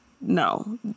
no